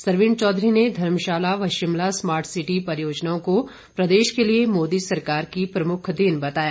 सरवीण चौधरी ने धर्मशाला व Shimla smart city परियोजनाओं को प्रदेश के लिए मोदी सरकार की प्रमुख देन बताया